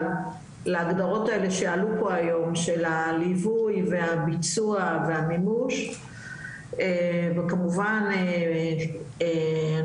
להגדרות האלה שעלו פה היום של הליווי והביצוע והמימוש וכמובן אני